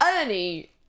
Ernie